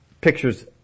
pictures